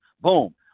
Boom